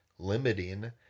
limiting